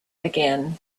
again